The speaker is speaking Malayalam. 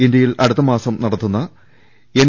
ഇന്തൃയിൽ അടുത്തമാസം നടക്കുന്ന എൻ